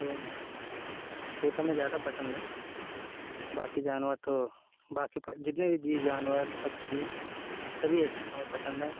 तो तोता में ज्यादा पसंद है बाकी जानवर तो बाकी प जितने भी जीव जानवर पक्षी सभी हमें पसंद है